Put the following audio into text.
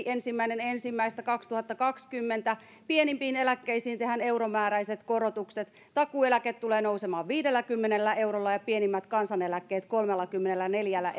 ensimmäinen ensimmäistä kaksituhattakaksikymmentä pienimpiin eläkkeisiin tehdään euromääräiset korotukset takuueläke tulee nousemaan viidelläkymmenellä eurolla ja pienimmät kansaneläkkeet kolmellakymmenelläneljällä